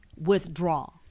withdraw